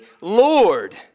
Lord